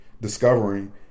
discovering